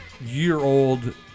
year-old